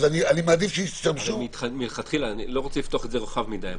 אני מעדיף שישתמשו --- אני לא רוצה לפתוח את זה רחב מדי.